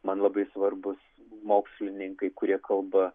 man labai svarbūs mokslininkai kurie kalba